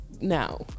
now